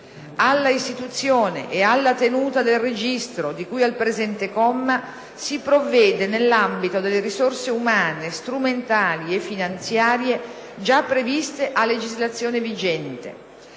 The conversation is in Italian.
"Alla istituzione e alla tenuta del Registro di cui al presente comma si provvede nell'ambito delle risorse umane, strumentali e finanziarie già previste a legislazione vigente";